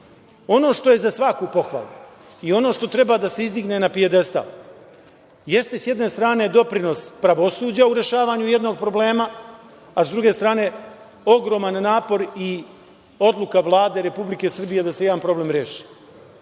što je za svaku pohvalu i ono što treba da se izdigne na pijedestal jeste s jedne strane doprinos pravosuđa u rešavanju jednog problema, a s druge strane ogroman napor i odluka Vlade Republike Srbije da se jedan problem reši.